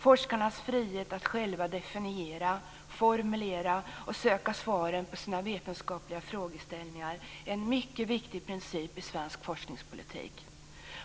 Forskarnas frihet att själva definiera, formulera och söka svaren på sina vetenskapliga frågeställningar är en mycket viktig princip i svensk forskningspolitik.